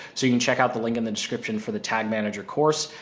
so you can check out the link in the description for the tag manager course.